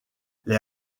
les